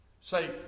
Say